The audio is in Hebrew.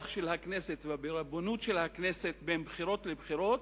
של הכנסת ובריבונות של הכנסת בין בחירות לבחירות,